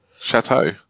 chateau